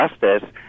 justice